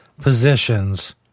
positions